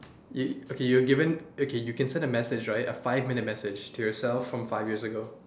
you okay you're given okay you can send a message right a five minute message to yourself from five years ago